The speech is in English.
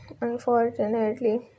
Unfortunately